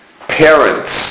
parents